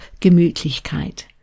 Gemütlichkeit